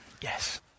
yes